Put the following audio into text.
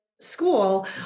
school